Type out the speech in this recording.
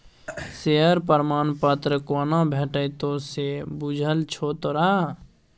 Share प्रमाण पत्र कोना भेटितौ से बुझल छौ तोरा?